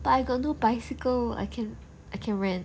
but I got no bicycle I can I can rent